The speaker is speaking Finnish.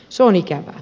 se on ikävää